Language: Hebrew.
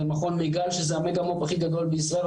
ומכון מיגל שזה המגה מו"פ הכי גדול בישראל.